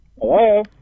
Hello